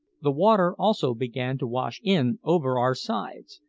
the water also began to wash in over our sides,